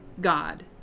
God